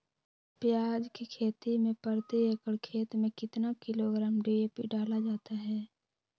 प्याज की खेती में प्रति एकड़ खेत में कितना किलोग्राम डी.ए.पी डाला जाता है?